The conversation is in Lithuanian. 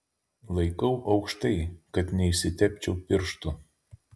laikau aukštai kad neišsitepčiau pirštų